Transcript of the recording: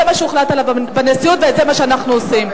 זה מה שהוחלט בנשיאות וזה מה שאנחנו עושים.